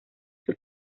sus